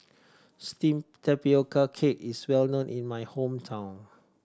steamed tapioca cake is well known in my hometown